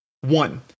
One